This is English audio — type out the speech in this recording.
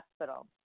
hospital